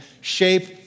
shape